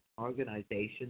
organization